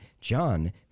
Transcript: John